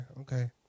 Okay